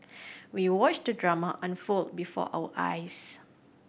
we watched the drama unfold before our eyes